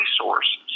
resources